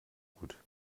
gut